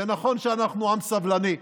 זה נכון שאנחנו עם סבלני,